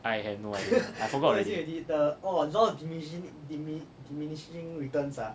I have no idea I forgot already